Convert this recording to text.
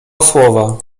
słowa